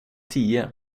tio